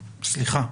לא, סליחה.